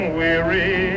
weary